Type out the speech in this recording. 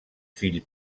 fill